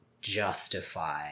Justify